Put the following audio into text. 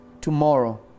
tomorrow